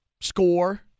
score